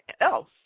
else